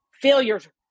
failures